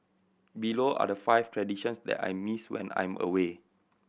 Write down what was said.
below are the five traditions that I miss when I'm away